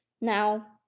Now